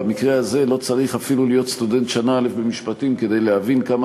במקרה הזה לא צריך אפילו להיות סטודנט שנה א' במשפטים כדי להבין כמה